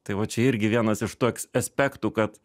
tai va čia irgi vienas iš tų eks aspektų kad